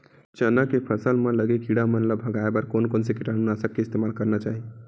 चना के फसल म लगे किड़ा मन ला भगाये बर कोन कोन से कीटानु नाशक के इस्तेमाल करना चाहि?